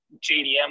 JDM